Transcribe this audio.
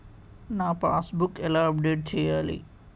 నా passbook ఎలా update చేయాలి?